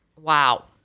wow